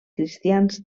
cristians